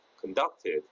conducted